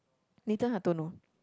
Nathan-Hartono